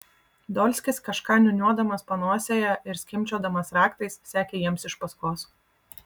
dolskis kažką niūniuodamas panosėje ir skimbčiodamas raktais sekė jiems iš paskos